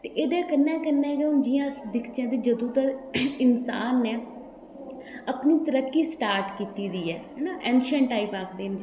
ते एह्दे कन्नै कन्नै गै अस दिक्खचै की जदूं दे इन्सान नै अपनी तरक्की स्टार्ट कीती दी ऐ ऐना एन्सीऐंट टाईम आक्खदे न जिसी